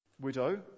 widow